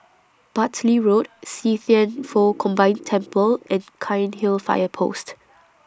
Bartley Road See Thian Foh Combined Temple and Cairnhill Fire Post